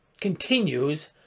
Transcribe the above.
continues